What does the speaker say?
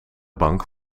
bank